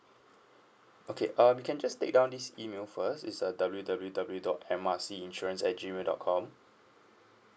okay um you can just take down this email first is uh W W W dot M R C insurance at G mail dot com